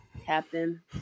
Captain